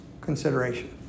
consideration